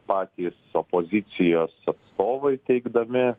patys opozicijos atstovai teigdami